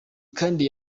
kandi